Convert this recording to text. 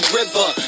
river